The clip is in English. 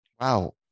Wow